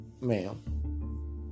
ma'am